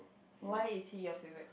why is he your favorite